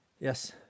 yes